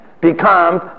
becomes